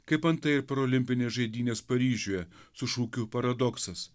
kaip antai ir parolimpinės žaidynės paryžiuje su šūkiu paradoksas